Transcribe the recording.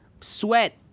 sweat